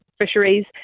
fisheries